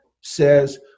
says